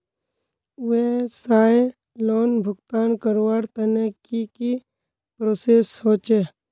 व्यवसाय लोन भुगतान करवार तने की की प्रोसेस होचे?